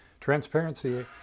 Transparency